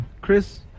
Chris